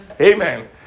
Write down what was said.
Amen